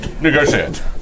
negotiate